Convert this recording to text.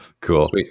Cool